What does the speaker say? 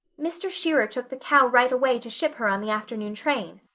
mr. shearer took the cow right away to ship her on the afternoon train.